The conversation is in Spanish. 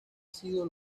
sido